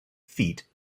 feet